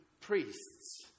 priests